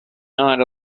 not